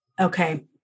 Okay